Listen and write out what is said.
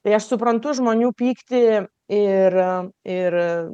tai aš suprantu žmonių pyktį ir ir